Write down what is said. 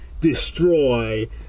destroy